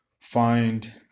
find